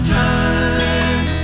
time